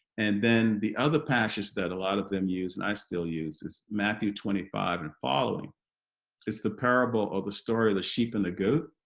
and then the other passage that a lot of them use and i still use is matthew twenty five and following it's the parable of the story of the sheep and the goats.